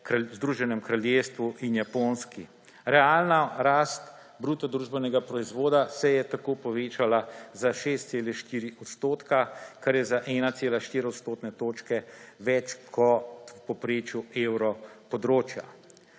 Združenem kraljestvu in Japonski. Realna rast BDP se je tako povečala za 6,4 odstotka, kar je za 1,4 odstotne točke več kot v povprečju evroobmočja.